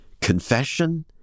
confession